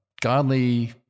godly